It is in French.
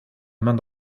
main